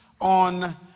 on